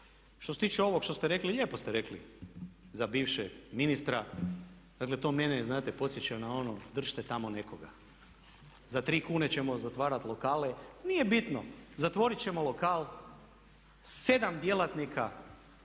Što se tiče ovog što ste rekli, lijepo ste rekli za bivšeg ministra. Dakle, to mene znate podsjeća na ono držite tamo nekoga. Za tri kune ćemo zatvarati lokale. Nije bitno, zatvorit ćemo lokal. 7 djelatnika